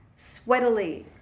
sweatily